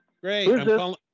great